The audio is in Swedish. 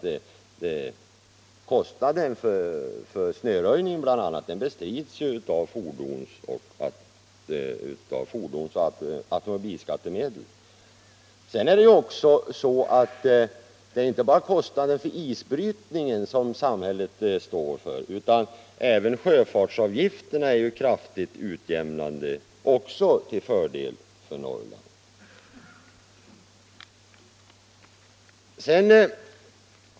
Kostnaden för denna bestrids ju av fordonsoch automobilskattemedlen. För övrigt är det inte bara kostnaderna för isbrytningen som samhället står för, utan även sjöfartsavgifterna är ju kraftigt utjämnade till fördel för Norrland.